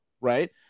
right